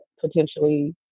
potentially